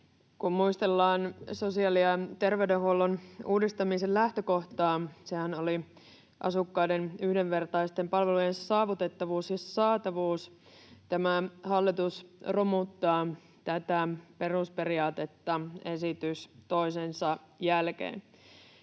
Muistellaan sosiaali- ja terveydenhuollon uudistamisen lähtökohtaa: sehän oli asukkaiden yhdenvertaisten palvelujen saavutettavuus ja saatavuus. Tämä hallitus romuttaa tätä perusperiaatetta esitys toisensa jälkeen.